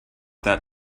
that